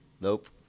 Nope